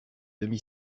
demi